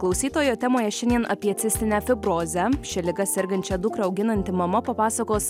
klausytojo temoje šiandien apie cistinę fibrozę šia liga sergančią dukrą auginanti mama papasakos